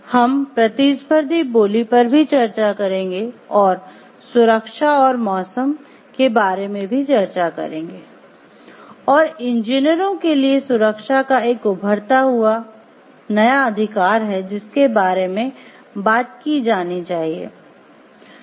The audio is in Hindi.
हम प्रतिस्पर्धी बोली पर भी चर्चा करेंगे और सुरक्षा और मौसम के बारे में भी चर्चा करेंगे और इंजीनियरों के लिए सुरक्षा एक उभरता हुआ नया अधिकार है जिसके बारे में बात की जानी चाहिए